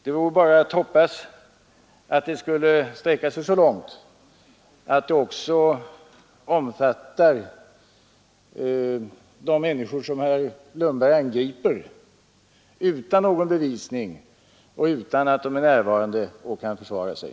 Det vore bara att hoppas att det skulle sträcka sig så långt att det också omfattar de människor som herr Lundberg angriper utan någon bevisning och utan att de är närvarande och kan försvara sig.